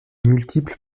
multiples